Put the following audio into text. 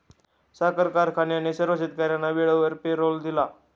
साखर कारखान्याने सर्व शेतकर्यांना वेळेवर पेरोल दिला